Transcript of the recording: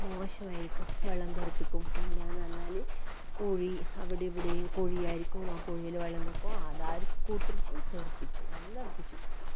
മോശമായിരിക്കും വെള്ളം തെറിപ്പിക്കും പിന്നെന്ന് പറഞ്ഞാല് കുഴി അവിടെ ഇവിടേയും കുഴി ആയിരിക്കും ആ കുഴിയിൽ വെള്ളം നിൽക്കും അതാ ഒരു സ്കൂട്ടർ പോയി തെറിപ്പിച്ചു വെള്ളം തെറിപ്പിച്ചു